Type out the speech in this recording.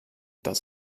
das